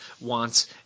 wants